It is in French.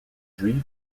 juive